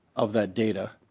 of the data